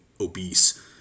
obese